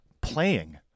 playing